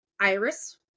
iris